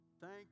thank